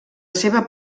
seva